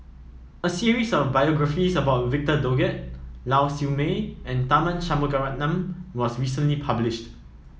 a series of biographies about Victor Doggett Lau Siew Mei and Tharman Shanmugaratnam was recently publish